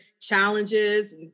challenges